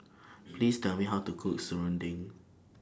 Please Tell Me How to Cook Serunding